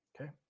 Okay